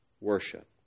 worship